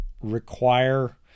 require